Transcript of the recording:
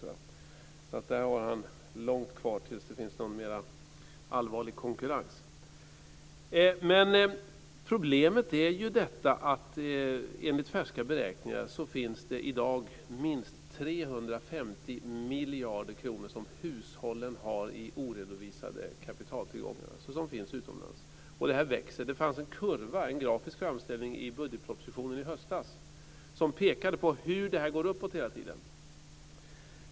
Där har han långt kvar tills det finns någon mer allvarlig konkurrens. Problemet är ju att hushållen i dag enligt färska beräkningar har minst 350 miljarder kronor utomlands i oredovisade kapitaltillgångar. Det här växer. Det fanns en grafisk framställning i budgetpropositionen i höstas, som pekade på hur det här går uppåt hela tiden.